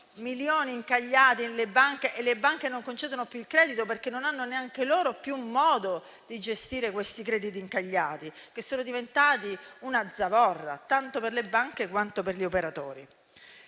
milioni incagliati nelle banche e queste ultime non concedono più il credito perché non hanno neanche loro più un modo di gestire questi crediti incagliati? Tali crediti sono diventati una zavorra tanto per le banche, quanto per gli operatori.